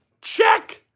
check